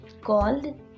called